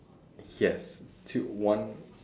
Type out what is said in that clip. yes two one